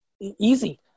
Easy